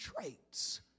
traits